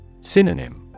Synonym